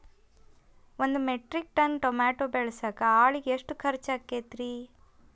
ಒಂದು metric ton tomato ಬೆಳಸಾಕ್ ಆಳಿಗೆ ಎಷ್ಟು ಖರ್ಚ್ ಆಕ್ಕೇತ್ರಿ?